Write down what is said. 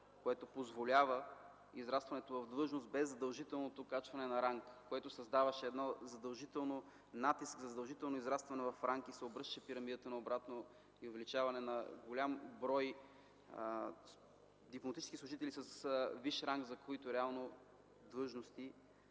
което позволява израстването в длъжност без задължителното качване в ранг, което създаваше задължителен натиск, задължително израстване в ранг, пирамидата се обръщаше на обратно и увеличаване на голям брой дипломатически служители с висш ранг, за които реално едва ли